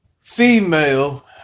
female